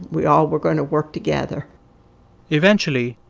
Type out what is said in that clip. we all were going to work together eventually,